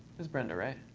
was brenda, right?